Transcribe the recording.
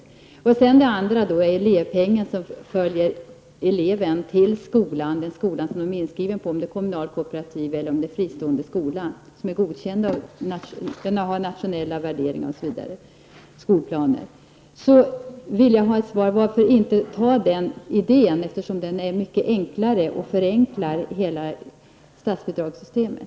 Dessutom skulle det utgå en elevpeng som följer eleven till skolan, vare sig det är en kommunal, kooperativ eller fristående skola, som är godkänd enligt skolplanen. Jag vill ha en kommentar till den idéen, som skulle förenkla hela statsbidragssystemet.